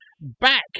back